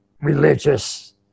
religious